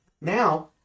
Now